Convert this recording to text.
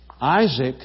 Isaac